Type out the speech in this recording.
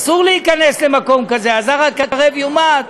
אסור להיכנס למקום כזה, הזר הקרב יומת,